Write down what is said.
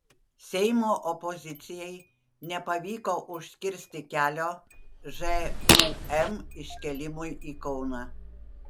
seimo opozicijai nepavyko užkirsti kelio žūm iškėlimui į kauną